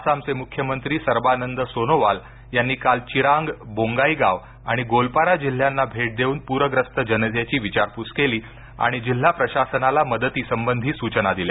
आसामचे मुख्यमंत्री सरबानंद सोनोवाल यांनी काल चिरांग बोंगाईगाव आणि गोलपारा जिल्ह्यांना भेट देऊन पूरग्रस्त जनतेची विचारपूस केली आणि जिल्हा प्रशासनाला मदतीसंबंधी सूचना दिल्या